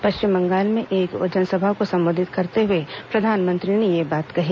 पश्चिम बंगाल में एक जनसभा को संबोधित करते हुए प्रधानमंत्री ने ये बात कही